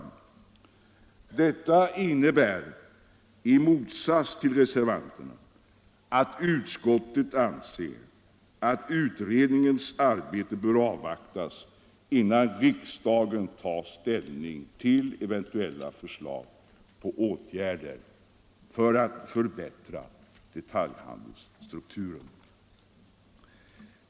Detta innebär att utskottsmajoriteten, i motsats till reservanterna, anser att utredningens arbete bör avvaktas innan riksdagen tar ställning till eventuella förslag till åtgärder för att förbättra detaljhandelsstrukturen.